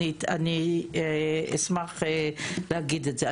אני אשמח להגיד את זה.